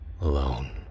Alone